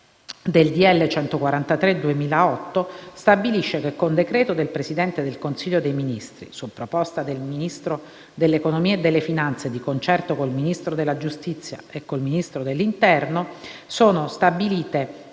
del 2008 stabilisce che con decreto del Presidente del Consiglio dei ministri, su proposta del Ministro dell'economia e delle finanze, di concerto con il Ministro della giustizia e del Ministro dell'interno, sono stabilite